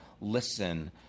listen